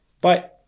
Bye